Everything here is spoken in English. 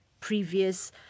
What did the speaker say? previous